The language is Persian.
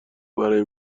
برای